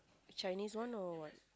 Chinese one or what